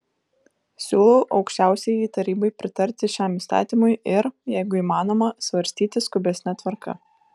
siūlau aukščiausiajai tarybai pritarti šiam įstatymui ir jeigu įmanoma svarstyti skubesne tvarka